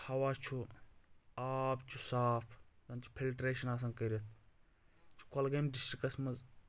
ہوا چھُ آب چھُ صاف زن چھِ فلٹریشن آسان کٔرِتھ یہِ چھُ کۄلہٕ گٲمۍ ڈسٹرکس منٛز